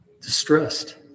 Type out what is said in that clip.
distressed